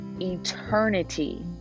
Eternity